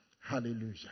Hallelujah